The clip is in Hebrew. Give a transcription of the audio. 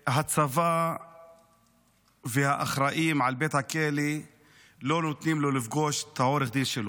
והצבא והאחראים על בית הכלא לא נותנים לו לפגוש את עורך הדין שלו.